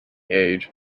age